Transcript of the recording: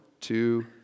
two